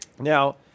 Now